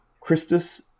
christus